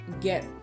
get